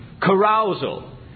carousal